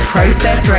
Process